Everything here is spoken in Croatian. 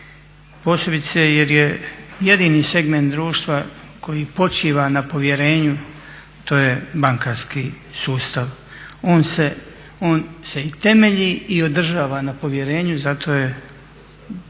posebice jer je jedini segment društva koji počiva na povjerenju, to je bankarski sustav. On se i temelji i održava na povjerenju i zato je